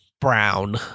brown